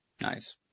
Nice